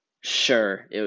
sure